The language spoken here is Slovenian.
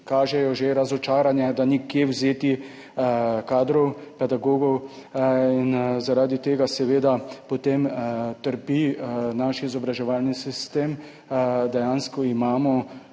razočaranje, da ni od kod vzeti kadrov, pedagogov, in zaradi tega seveda potem trpi naš izobraževalni sistem. Dejansko smo